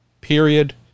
Period